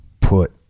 put